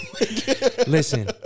Listen